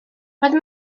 roedd